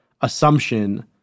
assumption